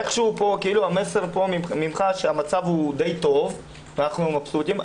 איכשהו המסר ממך הוא שהמצב די טוב ואנחנו מבסוטים,